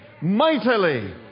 mightily